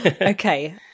Okay